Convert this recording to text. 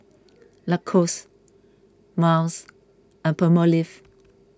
Lacoste Miles and Palmolive